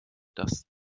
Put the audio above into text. dass